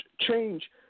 change